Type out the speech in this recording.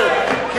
לא מעל המקפצה.